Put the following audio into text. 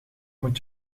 moet